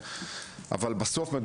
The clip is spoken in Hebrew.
אבל בסוף כאמור,